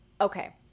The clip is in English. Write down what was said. okay